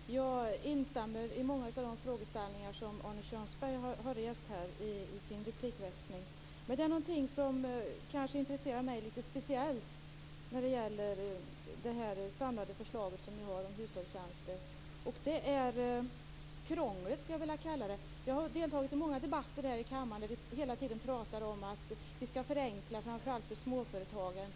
Fru talman! Jag instämmer i många frågeställningar som Arne Kjörnsberg har rest i sin replikväxling. Men det är något som intresserar mig speciellt när det gäller det samlade förslaget om hushållstjänster. Det gäller krånglet. Jag har deltagit i många debatter i kammaren där vi hela tiden har pratat om att förenkla för småföretagen.